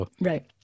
Right